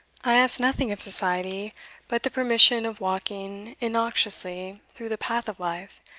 i ask nothing of society but the permission of walking innoxiously through the path of life,